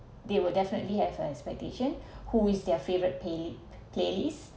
they will definitely have a expectation who is their favourite paylit~ playlist